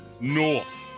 north